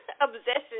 obsession